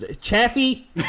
Chaffee